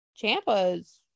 Champa's